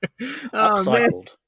Upcycled